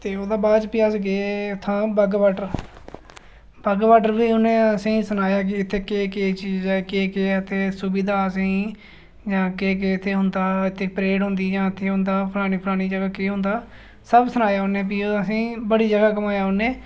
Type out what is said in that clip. ते ओह्दे बाद भी अस गे इत्थां बाघा बॉर्डर ते बाघा बॉर्डर ते उ'नें असेंगी सनाया कि इत्थै केह् केह् चीज ते केह् केह् सुविधा ऐ असेंगी जां इत्थै केह् केह् होंदा इत्थै परेड होंदी जां केह् होंदा फलानी फलानी जगह केह् होंदा सब सनाया भी ओह् उ'नें असेंगी बड़ी जगह् घुमाया